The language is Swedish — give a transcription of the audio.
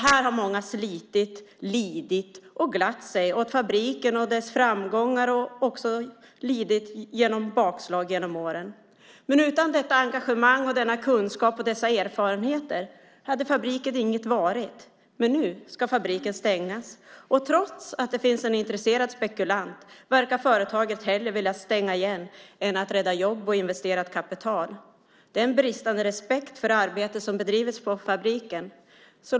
Här har många slitit, lidit och glatt sig åt fabriken och dess framgångar och också lidit av bakslagen genom åren. Men utan detta engagemang, denna kunskap och dessa erfarenheter hade fabriken ingenting varit. Nu ska fabriken stängas, och trots att det finns en intresserad spekulant verkar företaget hellre vilja slå igen än att rädda jobb och investerat kapital. Det är en bristande respekt för det arbete som bedrivs i fabriken.